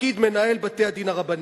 בתפקיד מנהל בתי-הדין הרבניים.